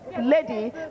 lady